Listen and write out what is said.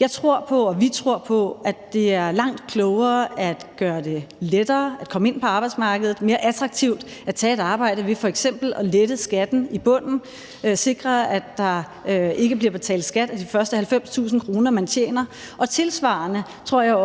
Jeg tror på, og vi tror på, at det er langt klogere at gøre det lettere at komme ind på arbejdsmarkedet og mere attraktivt at tage et arbejde ved f.eks. at lette skatten i bunden – at sikre, at der ikke bliver betalt skat af de første 90.000 kr., man tjener. Og tilsvarende tror jeg også,